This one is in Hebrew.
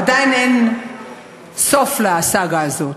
עדיין אין סוף לסאגה הזאת,